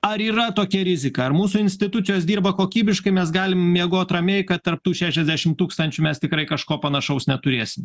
ar yra tokia rizika ar mūsų institucijos dirba kokybiškai mes galime miegot ramiai kad tarp tų šešiasdešimt tūkstančių mes tikrai kažko panašaus neturėsim